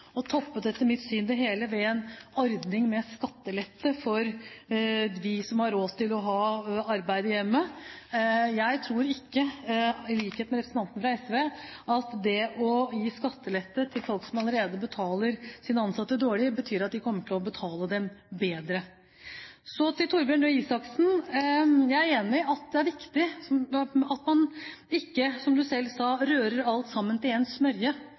etter mitt syn det hele med en ordning med skattelette for dem som har råd til å ha arbeid i hjemmet. Jeg tror ikke – i likhet med representanten fra SV – at det å gi skattelette til folk som allerede betaler sine ansatte dårlig, betyr at de kommer til å betale dem bedre. Så til Torbjørn Røe Isaksen: Jeg er enig i at det er viktig – som han selv sa – at man ikke rører alt sammen til